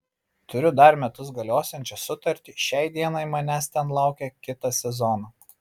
turiu dar metus galiosiančią sutartį šiai dienai manęs ten laukia kitą sezoną